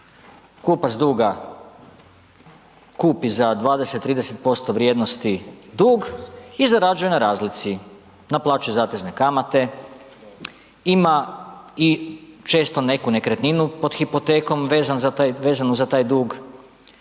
Kupac duga kupi za 20, 30% vrijednost dug i zarađuje na razlici, naplaćuje zatezne kamate, ima i često neku nekretninu pod hipotekom vezanu za taj dug